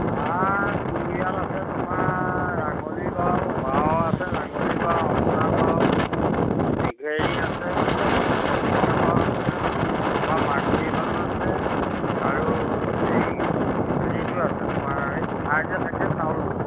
ধান মোৰ ইয়াত আছে তোমাৰ ৰাঙলী বাও বাও আছে ৰাঙলী বাও আমনা বাও নেগ্ৰেৰী আছে মমলচিঙীয়া বাও আছে তোমাৰ মাগুৰী বাও আছে আৰু এই হেৰিটো আছে তোমাৰ এই গোন্ধাই যে থাকে চাউলটো